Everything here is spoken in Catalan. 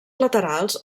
laterals